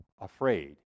afraid